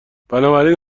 بنابراین